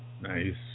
Nice